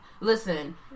Listen